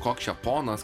koks čia ponas